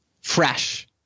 fresh